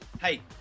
Hey